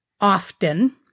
often